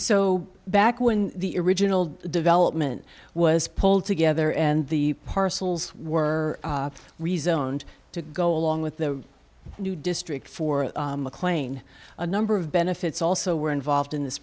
so back when the original development was pulled together and the parcels were rezoned to go along with the new district for mclean a number of benefits also were involved in this